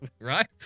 Right